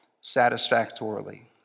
satisfactorily